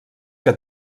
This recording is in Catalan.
que